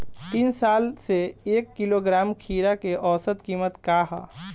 तीन साल से एक किलोग्राम खीरा के औसत किमत का ह?